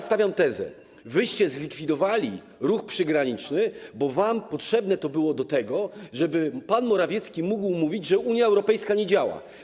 Stawiam tezę: wy zlikwidowaliście ruch przygraniczny, bo wam potrzebne to było do tego, żeby pan Morawiecki mógł mówić, że Unia Europejska nie działa.